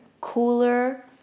cooler